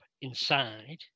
inside